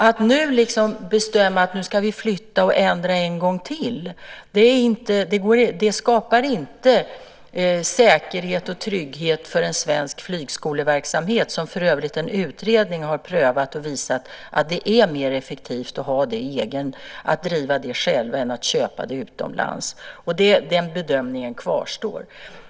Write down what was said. Att nu bestämma att vi ska flytta och ändra en gång till skapar inte säkerhet och trygghet för en svensk flygskoleverksamhet, som för övrigt en utredning har prövat och visat är mer effektivt att driva själv än att köpa utomlands. Den bedömningen kvarstår.